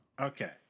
Okay